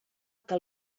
que